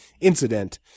incident